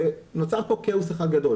נוצר פה כאוס אחד גדול.